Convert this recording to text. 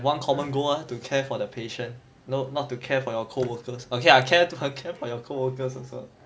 one common goal mah to care for the patient no not to care for your co workers okay lah care to care for your co workers also